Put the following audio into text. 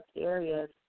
areas